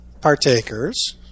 partakers